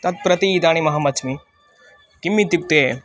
तत् प्रति इदानिम् अहम् वच्मि किम् इत्युक्ते